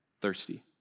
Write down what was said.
Thirsty